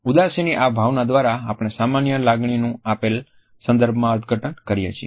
ઉદાસીની આ ભાવના દ્વારા આપણે સામાન્ય લાગણીનુ આપેલ સંદર્ભમાં અર્થઘટન કરીએ છીએ